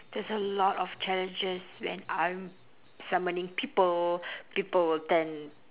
there's a lot of challenges when I'm samaning people people will tend